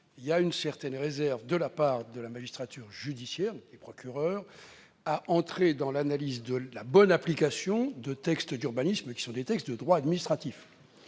y a une certaine réserve de la part de la magistrature judiciaire et du parquet à entrer dans l'analyse de la bonne application de textes d'urbanisme, qui relèvent du droit administratif.